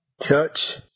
Touch